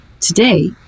Today